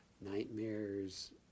nightmares